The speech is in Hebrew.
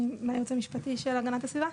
אני מהיועץ המשפטי של הגנת הסביבה.